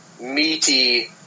meaty